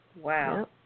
Wow